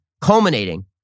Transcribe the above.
culminating